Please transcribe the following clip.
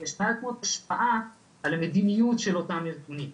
יש מעט מאוד השפעה על המדיניות של אותם ארגונים.